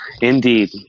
Indeed